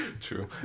True